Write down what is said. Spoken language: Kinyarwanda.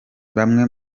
bamwe